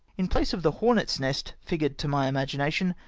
in place of the hornet's nest figured to my imagination,